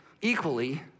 equally